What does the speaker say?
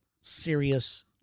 serious